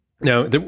Now